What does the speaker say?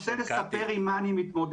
ואני רוצה לספר עם מה אני מתמודד,